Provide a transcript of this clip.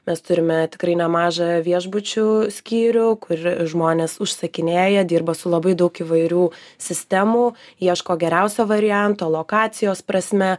mes turime tikrai nemažą viešbučių skyrių kur žmonės užsakinėja dirba su labai daug įvairių sistemų ieško geriausio varianto lokacijos prasme